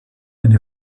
eine